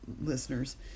listeners